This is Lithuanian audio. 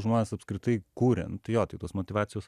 žmonės apskritai kuria nu tai jo tai tos motyvacijos